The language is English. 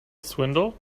swindle